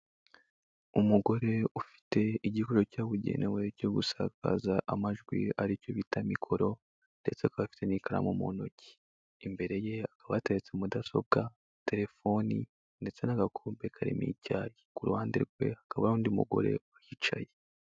Umugore ufite igikorero cyabugenewe cyo gusakaza amajwi aricyo bita mikoro ndetse akaba afite n'ikaramu mu ntoki, imbere ye hakaba hatetse mudasobwa, terefoni, ndetse n'agakombe karimo icyayi, ku ruhande rwe hakaba hari undi mugore uhicaye.